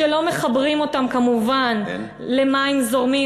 ולא מחברים אותם כמובן למים זורמים,